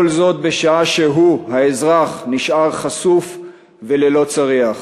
וכל זאת בשעה שהוא, האזרח, נשאר חשוף וללא צריח